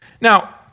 Now